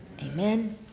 amen